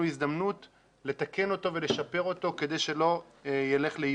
הזדמנות לתקן אותו ולשפר אותו כדי שלא יילך לאיבוד.